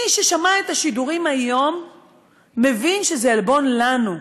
מי ששמע את השידורים היום מבין שזה עלבון לנו.